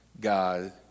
God